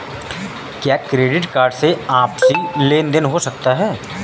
क्या credit card से आपसी लेनदेन हो सकता है?